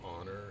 honor